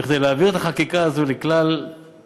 כדי להביא את החקיקה הזאת לכלל השלמה,